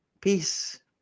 peace